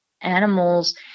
animals